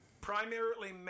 Primarily